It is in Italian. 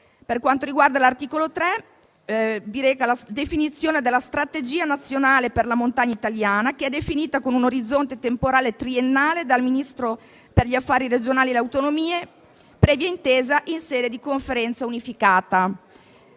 dei Comuni montani. L'articolo 3 reca la definizione della strategia nazionale per la montagna italiana, che è definita con un orizzonte temporale triennale dal Ministro per gli affari regionali e le autonomie, previa intesa in sede di Conferenza unificata.